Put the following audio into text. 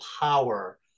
power